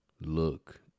look